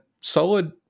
solid